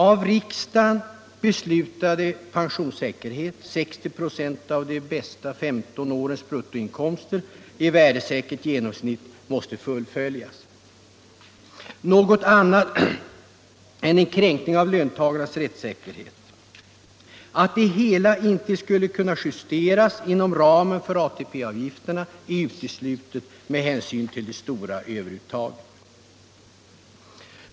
Av riksdagen beslutad pensionssäkerhet, 60 ?6 av de bästa 15 årens bruttoinkomster i värdesäkert genomsnitt, måste nås. Något annat är en kränkning av löntagarnas rättssäkerhet. Att det hela inte skulle kunna justeras inom ramen för ATP-avgifterna är uteslutet med hänsyn till det stora överuttaget.